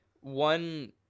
one